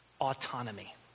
autonomy